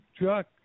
Chuck